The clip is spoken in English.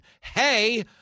Hey